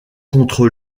contre